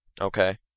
Okay